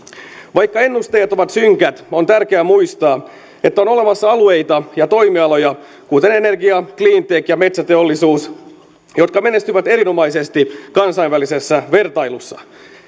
vaikka ennusteet ovat synkät on kuitenkin tärkeä muistaa että on olemassa alueita ja toimialoja kuten energia cleantech ja metsäteollisuus jotka menestyvät erinomaisesti kansainvälisessä vertailussa